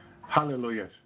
Hallelujah